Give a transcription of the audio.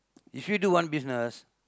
if you do one business